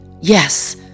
Yes